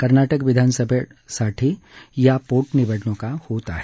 कर्नाटक विधानसभेसाठी या पोटनिवडणुका होत आहेत